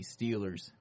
Steelers